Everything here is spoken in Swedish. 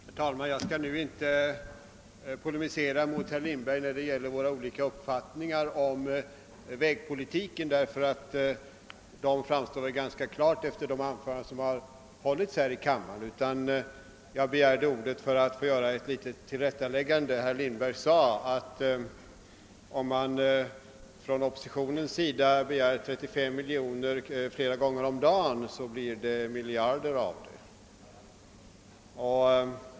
Herr talman! Jag skall inte polemisera mot herr Lindberg när det gäller våra olika uppfattningar om vägpolitiken, eftersom dessa väl är ganska klara efter de anföranden som hållits i kammaren. Jag begärde i stället ordet för att göra ett tillrättaläggande. Herr Lindberg sade att om oppositionspartierna begär 35 miljoner flera gånger om dagen, så blir det miljarder av det.